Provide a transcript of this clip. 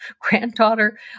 granddaughter